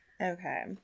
Okay